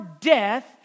death